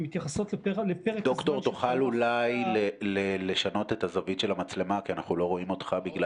אני אוחז בידי את הדוח החדש של משרד הבריאות,